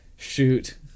Shoot